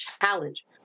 challenge